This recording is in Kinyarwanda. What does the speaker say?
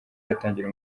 yatangira